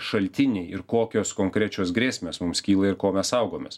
šaltiniai ir kokios konkrečios grėsmės mums kyla ir ko mes saugomės